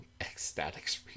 ecstatics